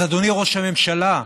אז אדוני ראש הממשלה,